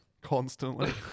constantly